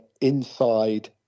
inside